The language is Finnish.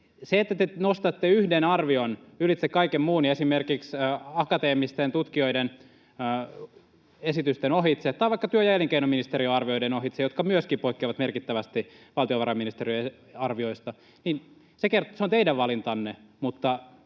Se, että te nostatte yhden arvion ylitse kaiken muun ja esimerkiksi akateemisten tutkijoiden esitysten ohitse tai vaikka työ- ja elinkeinoministeriön arvioiden ohitse, jotka myöskin poikkeavat merkittävästi valtiovarainministeriön arvioista, se on teidän valintanne,